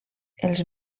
els